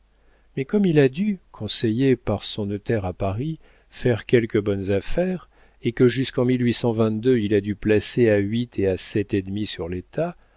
mais comme il a dû conseillé par son notaire à paris faire quelques bonnes affaires et que jusqu'en il a dû placer à huit et à sept et demi sur l'état